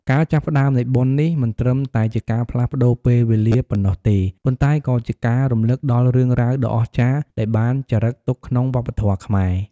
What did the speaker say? ការចាប់ផ្តើមនៃបុណ្យនេះ មិនត្រឹមតែជាការផ្លាស់ប្តូរពេលវេលាប៉ុណ្ណោះទេ ប៉ុន្តែក៏ជាការរំលឹកដល់រឿងរ៉ាវដ៏អស្ចារ្យដែលបានចារឹកទុកក្នុងវប្បធម៌ខ្មែរ។